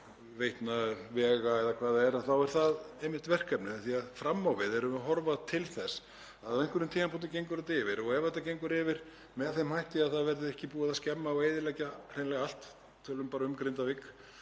veitna, vega eða hvað það er, þá er það einmitt verkefnið því að fram á við erum við að horfa til þess að á einhverjum tímapunkti gengur þetta yfir og ef þetta gengur yfir með þeim hætti að það verður ekki búið að skemma og eyðileggja hreinlega allt — tölum bara um Grindavík